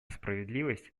справедливость